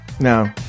no